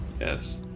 Yes